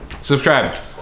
Subscribe